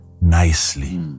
nicely